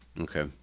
okay